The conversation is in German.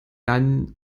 jan